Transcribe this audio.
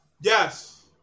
yes